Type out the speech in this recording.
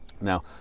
Now